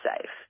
safe